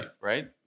right